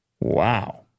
Wow